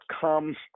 come